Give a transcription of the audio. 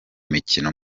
mikino